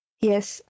yes